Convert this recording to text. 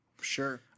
Sure